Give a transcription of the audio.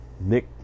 Nick